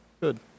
good